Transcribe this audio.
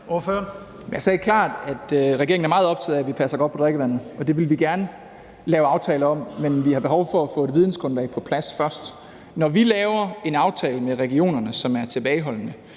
(S): Jeg sagde klart, at regeringen er meget optaget af, at vi passer godt på drikkevandet, og det vil vi gerne lave aftaler om, men vi har behov for at få vidensgrundlaget på plads først. Når vi laver en aftale med regionerne, som er tilbageholdende,